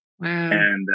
Wow